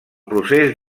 procés